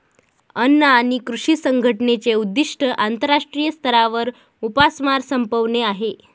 अन्न आणि कृषी संघटनेचे उद्दिष्ट आंतरराष्ट्रीय स्तरावर उपासमार संपवणे आहे